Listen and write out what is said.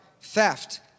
theft